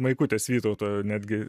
maikutės vytauto netgi